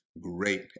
great